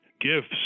gifts